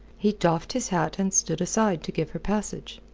he doffed his hat and stood aside to give her passage.